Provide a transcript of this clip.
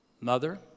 mother